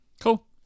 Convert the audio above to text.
Cool